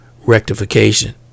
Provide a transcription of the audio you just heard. rectification